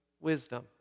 wisdom